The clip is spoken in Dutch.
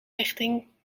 richting